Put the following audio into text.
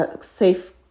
safe